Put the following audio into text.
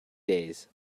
days